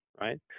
right